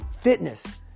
fitness